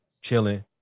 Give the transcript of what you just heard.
chilling